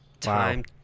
Time